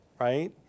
right